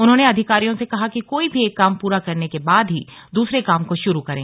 उन्होंने अधिकारियों से कहा कि कोई भी एक काम पूरा करने के बाद ही दूसरे काम को शुरू करें